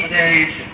days